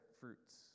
fruits